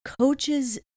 Coaches